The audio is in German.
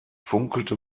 funkelte